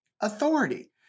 authority